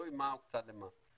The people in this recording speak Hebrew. תלוי מה הוקצה למה.